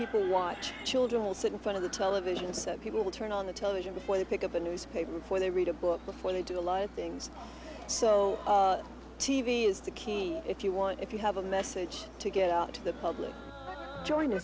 people watch children will sit in front of the television so people turn on the television before they pick up a newspaper before they read a book before they do a lot of things so t v if you want if you have a message to get out to the public joining